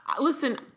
Listen